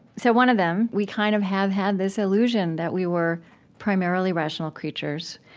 so one of them, we kind of have had this illusion that we were primarily rational creatures.